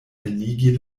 eligi